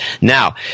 Now